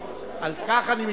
על כך אני מתנצל,